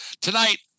Tonight